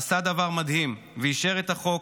עשה דבר מדהים ואישר את החוק,